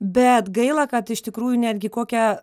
bet gaila kad iš tikrųjų netgi kokia